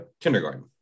kindergarten